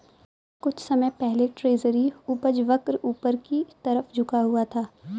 कुछ समय पहले ट्रेजरी उपज वक्र ऊपर की तरफ झुका हुआ था